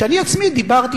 שאני עצמי דיברתי,